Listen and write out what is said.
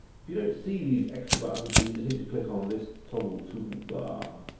if you don't see these extra buttons, though you just need to click on this toggle toolbar